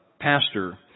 pastor